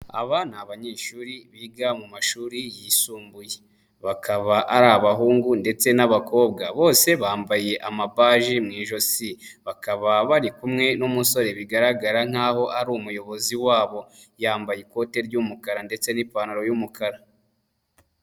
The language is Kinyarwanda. Aba ni abanyeshuri biga mu mashuri yisumbuye, bakaba ari abahungu ndetse n'abakobwa bose bambaye amabaji mu ijosi, bakaba bari kumwe n'umusore bigaragara nk'aho ari umuyobozi wabo yambaye ikote ry'umukara ndetse n'ipantaro y'umukara.